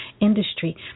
industry